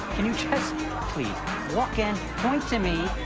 can you just please walk in, point to me,